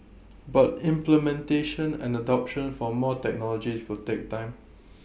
but implementation and adoption for more technology will take time